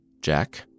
Jack